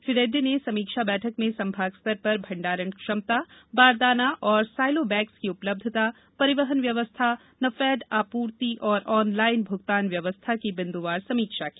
श्री रेड्डी ने समीक्षा बैठक में संभाग स्तर पर भण्डारण क्षमता बारदाना तथा सायलो बैग्स की उपलब्यता परिवहन व्यवस्था नाफेड आपूर्ति तथा ऑनलाईन भूगतान व्यवस्था की बिन्दुवार समीक्षा की